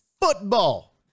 football